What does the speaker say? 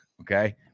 Okay